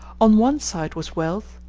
on one side was wealth,